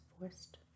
forced